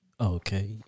Okay